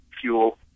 fuel